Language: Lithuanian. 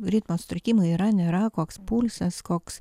ritmo sutrikimai yra nėra koks pulsas koks